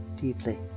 deeply